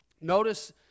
Notice